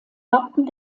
wappen